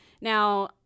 Now